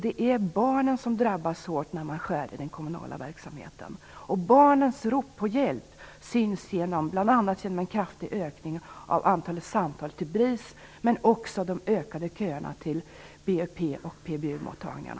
Det är barnen som drabbas hårt när man skär i den kommunala verksamheten. Barnens rop på hjälp syns bl.a. i den kraftiga ökningen av antalet samtal till BRIS, men också i de ökande köerna till BUP och PBU-mottagningarna.